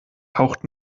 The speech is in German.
taucht